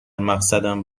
مقصدم